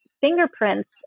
fingerprints